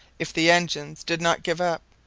if the engines did not give up,